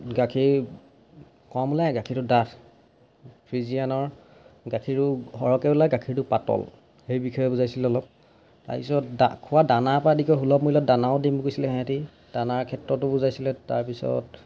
গাখীৰ কম ওলায় গাখীৰটো ডাঠ ফিজিয়ানৰ গাখীৰো সৰহকৈ ওলায় গাখীৰটো পাতল সেই বিষয়ে বুজাইছিলে অলপ তাৰপিছত দা খোৱা দানা পৰা আদি কৰি সুলভ মূল্যত দানাও দিম কৈছিলে সিহঁতে দানাৰ ক্ষেত্ৰতো বুজাইছিলে তাৰপিছত